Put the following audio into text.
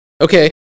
Okay